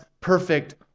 perfect